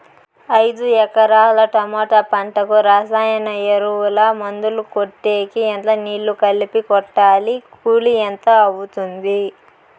ఐదు ఎకరాల టమోటా పంటకు రసాయన ఎరువుల, మందులు కొట్టేకి ఎంత నీళ్లు కలిపి కొట్టాలి? కూలీ ఎంత అవుతుంది?